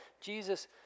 Jesus